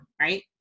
right